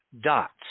dots